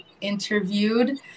interviewed